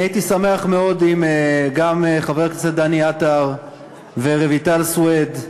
אני הייתי שמח מאוד אם גם חברי הכנסת דני עטר ורויטל סויד,